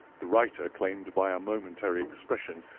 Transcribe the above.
the writer claimed by a momentary expression,